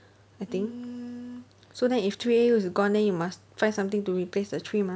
I think so then if three A_Us is gone then you must find something to replace the three mah